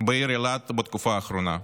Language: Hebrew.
בעיר אילת בתקופה האחרונה.